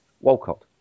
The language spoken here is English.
Walcott